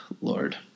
Lord